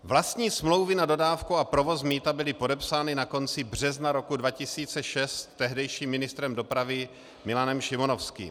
Vlastní smlouvy na dodávku a provoz mýta byly podepsány na konci března roku 2006 tehdejším ministrem dopravy Milanem Šimonovským.